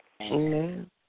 Amen